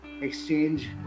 exchange